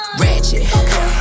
ratchet